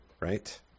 Right